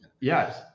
Yes